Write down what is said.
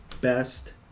best